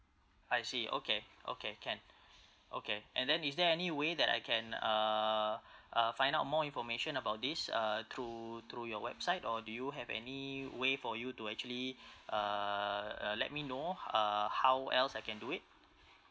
I see okay okay can okay and then is there any way that I can uh uh find out more information about this uh through through your website or do you have any way for you to actually uh uh let me know h~ uh how else I can do it